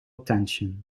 attention